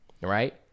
right